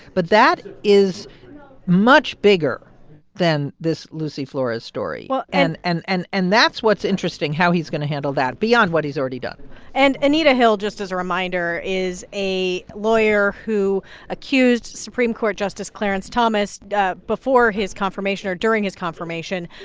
but that is much bigger than this lucy flores story well, and. and and and that's what's interesting, how he's going to handle that beyond what he's already done and anita hill, just as a reminder, is a lawyer who accused supreme court justice clarence thomas before his confirmation or during his confirmation,